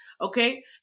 Okay